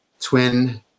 twin